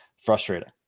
frustrating